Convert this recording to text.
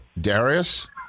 Darius